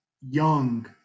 young